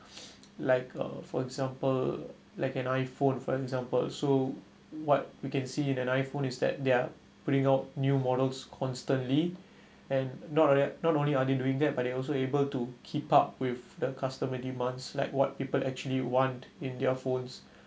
like uh for example like an I_phone for example so what we can see in an I_phone is that they're putting out new models constantly and not that not only are they doing that but they also able to keep up with the customer demands like what people actually want in their phones